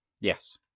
Yes